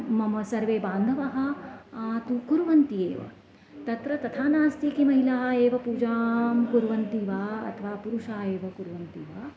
मम सर्वे बान्धवाः तु कुर्वन्ति एव तत्र तथा नास्ति कि महिलाः एव पूजां कुर्वन्ति वा अथवा पुरुषाः एव कुर्वन्ति वा